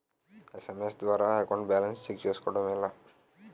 SMS ద్వారా account balance check చేసుకోవటం ఎలా?